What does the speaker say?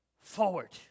forward